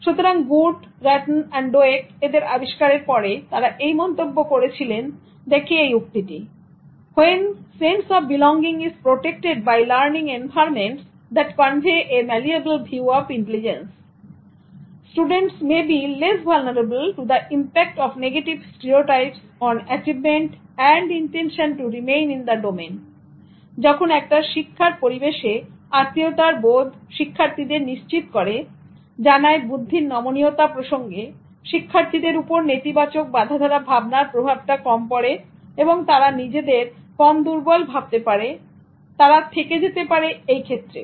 সুতরাং Good Rattan and Dweck এদের আবিষ্কারের পরে তারা এই মন্তব্য করেছিলেন দেখি এই উক্তিটি "When sense of belonging is protected by learning environments that convey a malleable view of intelligence students may be less vulnerable to the impact of negative stereotypes on achievement and intention to remain in the domain" যখন একটা শিক্ষার পরিবেশে আত্মীয়তার বোধ শিক্ষার্থীদের নিশ্চিন্ত করে জানায় বুদ্ধির নমনীয়তা প্রসঙ্গে শিক্ষার্থীদের উপর নেতিবাচক বাঁধাধরা ভাবনার প্রভাবটা কম পড়েএবং তারা নিজেদের কম দূর্বল ভাবতে পারেতারা থেকে যেতে পারে এই ক্ষেত্রে